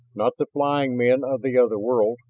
not the flying men of the other world,